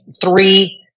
three